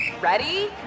Ready